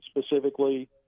specifically